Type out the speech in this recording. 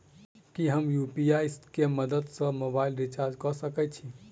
की हम यु.पी.आई केँ मदद सँ मोबाइल रीचार्ज कऽ सकैत छी?